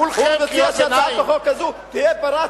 הוא מציע בהצעת החוק הזו שהמדינה תהיה פיראטים,